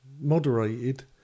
moderated